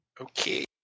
Okay